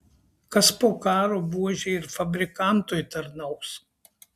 kas po karo buožei ir fabrikantui tarnaus